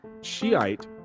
Shiite